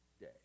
Day